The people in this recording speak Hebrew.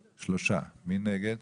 3. מי נגד?